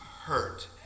hurt